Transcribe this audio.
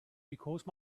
because